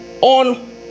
on